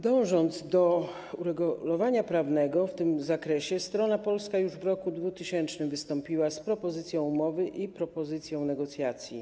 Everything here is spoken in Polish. Dążąc do uregulowania prawnego w tym zakresie, strona polska już w roku 2000 wystąpiła z propozycją umowy i z propozycją negocjacji.